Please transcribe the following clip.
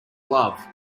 glove